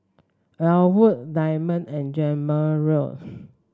Ellwood Dema and Jamarion